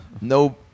no